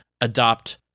adopt